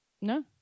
No